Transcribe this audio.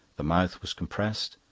the mouth was compressed,